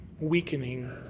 weakening